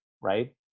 right